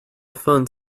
phone